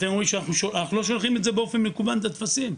אנחנו לא שולחים באופן מקוון את הטפסים.